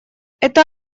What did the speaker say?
это